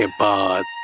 ah bye.